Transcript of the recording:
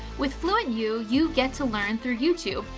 with fluentu you you get to learn through youtube,